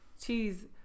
Cheese